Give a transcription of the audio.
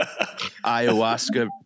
ayahuasca